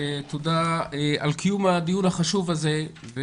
תודה על קיום הדיון החשוב הזה.